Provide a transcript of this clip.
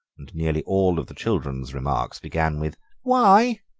and nearly all of the children's remarks began with why?